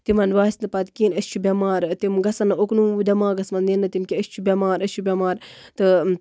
تِمن باسہِ نہٕ پَتہٕ کِہیٖنۍ أسۍ چھِ بیمار تِم گژھن نہٕ اُکنُے دٮ۪ماغَس منٛز نِنۍ نہٕ تِم کیٚنہہ أسۍ چھِ بیمار أسۍ چھِ بیمار تہٕ